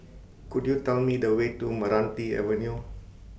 Could YOU Tell Me The Way to Meranti Avenue